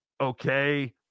okay